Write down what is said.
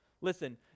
Listen